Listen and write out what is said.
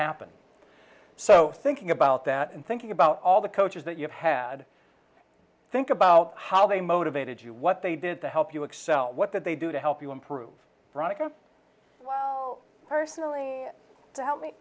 happen so thinking about that and thinking about all the coaches that you've had think about how they motivated you what they did to help you excel what did they do to help you improve personally to help me